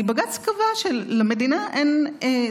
כי בג"ץ קבע שלמדינה אין,